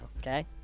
okay